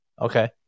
Okay